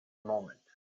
moment